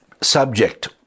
subject